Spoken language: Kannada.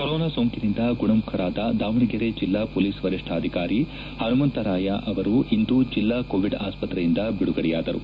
ಕೊರೊನಾ ಸೋಂಕಿನಿಂದ ಗುಣಮುಖರಾದ ದಾವಣಗೆರೆ ಜಿಲ್ಲಾ ಪೊಲೀಸ್ ವರಿಷ್ಠಾಧಿಕಾರಿ ಪನುಮಂತರಾಯ ಅವರು ಇಂದು ಜಿಲ್ಲಾ ಕೋವಿಡ್ ಆಸ್ಪತ್ತೆಯಿಂದ ಬಿಡುಗಡೆಯಾದರು